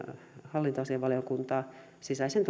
hallintoasiainvaliokuntaa sisäisen